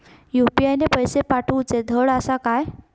UPI ने पैशे पाठवूचे धड आसा काय?